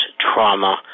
trauma